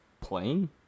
playing